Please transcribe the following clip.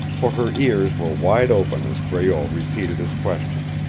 for her ears were wide open as breault repeated his question,